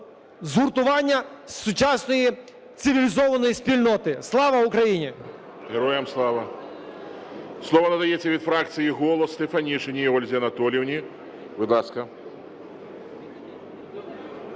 згуртування сучасної цивілізованої спільноти. Слава Україні! ГОЛОВУЮЧИЙ. Героям слава! Слово надається від фракції "Голос" Стефанишиній Ользі Анатоліївні. Будь ласка.